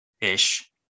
ish